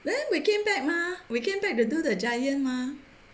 then we came back mah we came back to do the giant mah